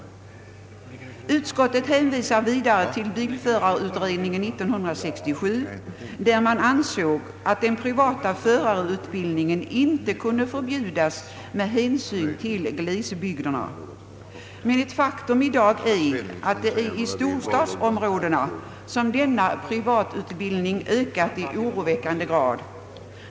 Utskottet hänvisar vidare till bilförarutredningen 1967, som ansåg att den privata förarutbildningen inte kunde förbjudas med hänsyn till glesbygderna. Men ett faktum i dag är att det är i storstadsområdena som denna privatutbildning ökat i oroväckande grad.